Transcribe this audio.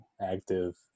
active